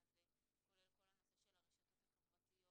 זה יעשה הבדל עצום.